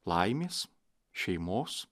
laimės šeimos